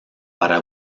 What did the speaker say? para